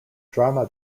drama